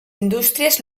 indústries